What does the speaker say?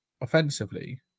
offensively